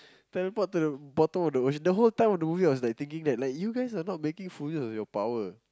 teleport to the bottom of the ocean the whole time of the movie I was thinking you guys are not making full use of your power